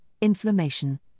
inflammation